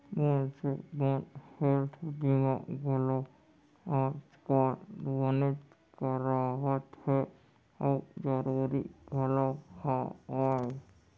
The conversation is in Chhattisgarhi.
मनसे मन हेल्थ बीमा घलौ आज काल बनेच करवात हें अउ जरूरी घलौ हवय